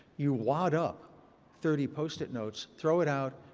you wad up thirty post-it notes, throw it out.